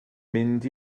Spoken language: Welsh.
mynd